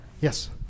Yes